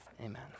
amen